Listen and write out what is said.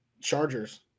Chargers